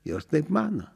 jos taip mano